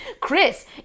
Chris